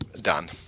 done